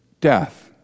death